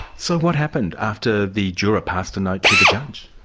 so what happened after the juror passed a note to the judge?